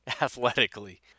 athletically